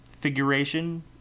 figuration